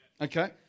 okay